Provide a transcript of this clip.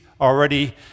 already